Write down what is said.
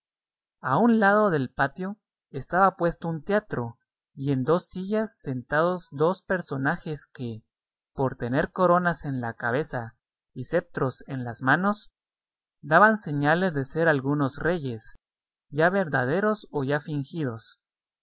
a un lado del patio estaba puesto un teatro y en dos sillas sentados dos personajes que por tener coronas en la cabeza y ceptros en las manos daban señales de ser algunos reyes ya verdaderos o ya fingidos